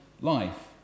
life